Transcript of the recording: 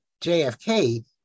JFK